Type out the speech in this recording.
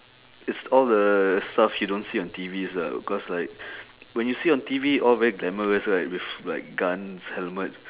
it's all the stuff you don't see on T_Vs lah because like when you see on T_V all very glamorous right with like guns helmet